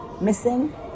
missing